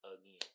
again